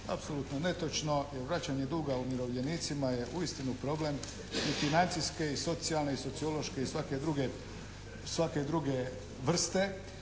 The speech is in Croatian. Apsolutno netočno jer vraćanje duga umirovljenicima je uistinu problem i financijske i socijalne i sociološke i svake druge vrste.